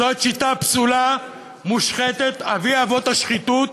זאת שיטה פסולה, מושחתת, אבי-אבות השחיתות.